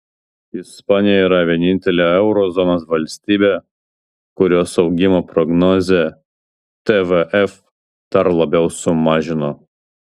ispanija yra vienintelė euro zonos valstybė kurios augimo prognozę tvf dar labiau sumažino